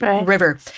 River